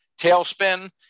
tailspin